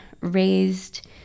raised